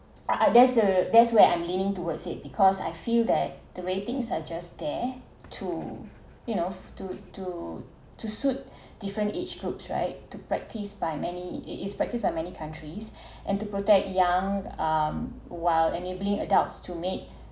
ah that's the that's where I'm leaning towards it because I feel that the rating are just there to you know to to to suit different age groups right to practise by many it is practised by many countries and to protect young um while enabling adults to meet